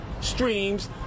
streams